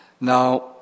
Now